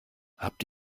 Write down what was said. habt